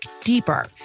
deeper